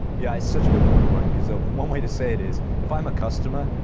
yeah, it's such a good point, brian, because so and one way to say it is if i'm a customer,